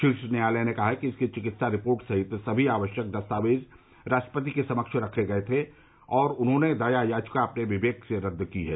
शीर्ष न्यायालय ने कहा कि इसकी चिकित्सा रिपोर्ट सहित सभी आवश्यक दस्तावेज राष्ट्रपति के समक्ष रखे गये थे और उन्होंने दया याचिका अपने विवेक से रद्द की है